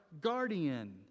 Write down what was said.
guardian